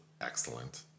excellent